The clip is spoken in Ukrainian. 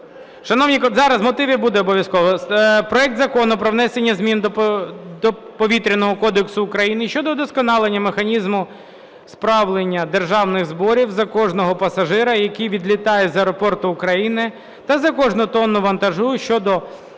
Шановні колеги, зараз з мотивів буде обов'язково. Проект Закону про внесення змін до Повітряного кодексу України щодо удосконалення механізму справляння державних зборів за кожного пасажира, який відлітає з аеропорту України, та за кожну тонну вантажу, що